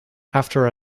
after